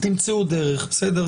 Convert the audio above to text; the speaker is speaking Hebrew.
תמצאו דרך, בסדר?